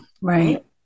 Right